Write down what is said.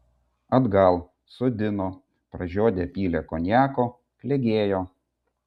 atgal sodino pražiodę pylė konjako klegėjo